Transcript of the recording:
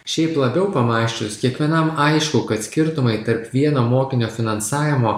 šiaip labiau pamąsčius kiekvienam aišku kad skirtumai tarp vieno mokinio finansavimo